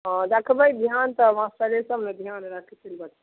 हँ रखबै ध्यान तऽ मास्टरे सब ने ध्यान रखैत छै बच्चा